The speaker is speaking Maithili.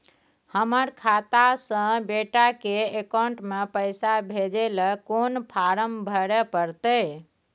हमर खाता से बेटा के अकाउंट में पैसा भेजै ल कोन फारम भरै परतै?